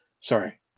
sorry